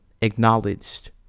acknowledged